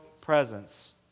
presence